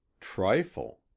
trifle